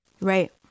Right